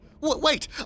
Wait